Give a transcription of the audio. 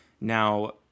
Now